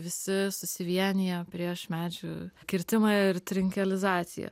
visi susivienija prieš medžių kirtimą ir trinkelizaciją